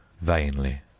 vainly